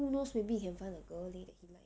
who knows maybe he can find a girl leh if he like